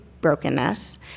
brokenness